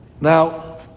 now